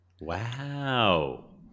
Wow